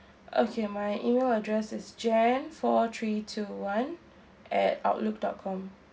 okay my email address is jan four three two one at outlook dot com